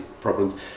problems